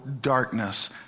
darkness